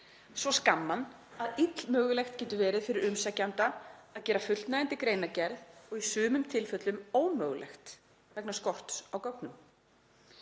svo skamman að illmögulegt getur verið fyrir umsækjanda að gera fullnægjandi greinargerð og í sumum tilfellum ómögulegt vegna skorts á gögnum.